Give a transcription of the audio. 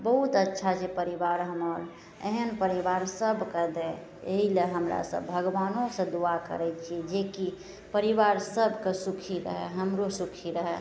बहुत अच्छा छै परिवार हमर एहन परिवार सभके दै एहिले हमरासभ भगवानोसे दुआ करै छिए जेकि परिवार सभके सुखी रहै हमरो सुखी रहै